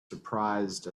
surprised